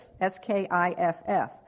S-K-I-F-F